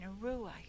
Arua